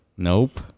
Nope